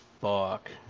fuck